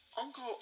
Uncle